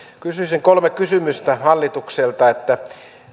kysyisin kolme kysymystä hallitukselta